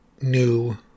new